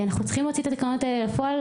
אנחנו צריכים להוציא את התקנות האלה לפועל.